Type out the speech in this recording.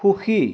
সুখী